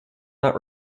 not